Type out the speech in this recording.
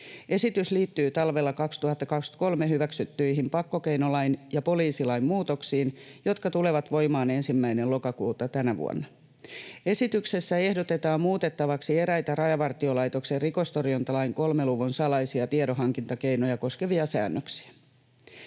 Esitys liittyy talvella 2023 hyväksyttyihin pakkokeinolain ja poliisilain muutoksiin, jotka tulevat voimaan 1. lokakuuta tänä vuonna. Esityksessä ehdotetaan muutettaviksi eräitä Rajavartiolaitoksen rikostorjuntalain 3 luvun salaisia tiedonhankintakeinoja koskevia säännöksiä.